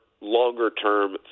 longer-term